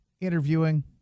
interviewing